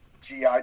GI